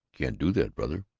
can't do that, brother.